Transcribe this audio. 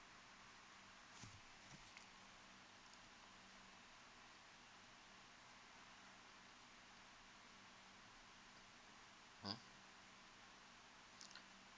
mm